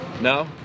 No